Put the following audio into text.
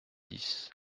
dix